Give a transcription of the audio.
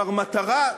כלומר, מטרה,